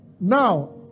Now